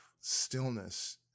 stillness